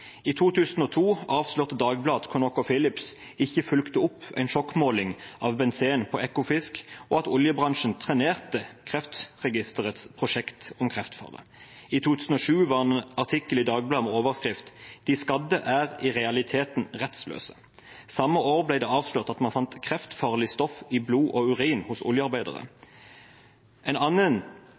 I 2005 avslørte Dagbladet at ConocoPhillips ikke fulgte opp en sjokkmåling av benzen på Ekofisk, og at oljebransjen trenerte Kreftregisterets prosjekt om kreftfaren. I 2007 var det en artikkel i Dagbladet med overskriften: «De skadde er i realiteten rettsløse.» Samme år ble det avslørt at man fant kreftfarlig stoff i blod og urin hos oljearbeidere. En annen